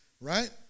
right